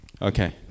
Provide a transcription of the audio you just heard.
Okay